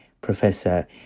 Professor